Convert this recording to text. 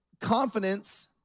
Confidence